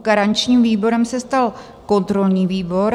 Garančním výborem se stal kontrolní výbor.